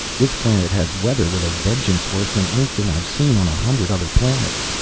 this planet has weather with a vengeance, worse than anything i've seen on a hundred other planets.